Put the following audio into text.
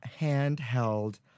handheld